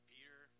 Peter